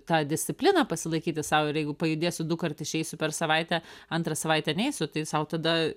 tą discipliną pasilaikyti sau ir jeigu pajudėsiu dukart išeisiu per savaitę antrą savaitę neisiu tai sau tada